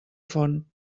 font